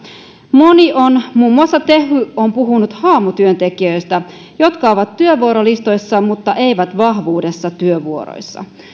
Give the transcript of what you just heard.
moni on muun muassa tehy puhunut haamutyöntekijöistä jotka ovat työvuorolistoissa mutta eivät vahvuudessa työvuoroissa